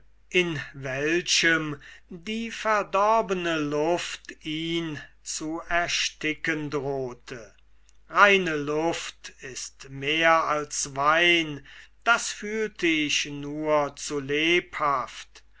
in welchem die verdorbene luft ihn zu ersticken drohte reine luft ist mehr als wein das fühlte ich nur zu lebhaft